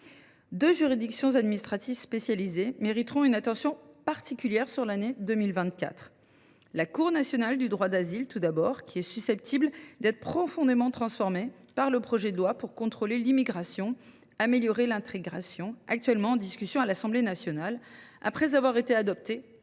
Deux juridictions administratives spécialisées mériteront une attention particulière en 2024. La Cour nationale du droit d’asile, tout d’abord, est susceptible d’être profondément transformée par le projet de loi pour contrôler l’immigration, améliorer l’intégration, qui est en discussion à l’Assemblée nationale après avoir été adopté